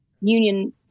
union